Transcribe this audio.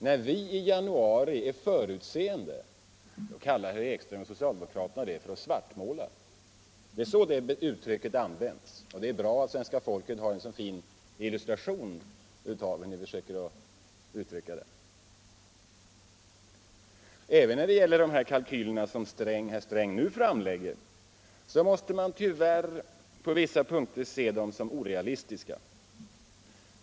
När vi i januari är förutseende, kallar herr Ekström och andra socialdemokrater det för att svartmåla. Det är så det uttrycket används, och det är bra att svenska folket har en så fin illustration till detta. Även de kalkyler herr Sträng nu framlägger måste man tyvärr på vissa punkter se som orealistiska.